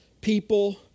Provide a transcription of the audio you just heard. people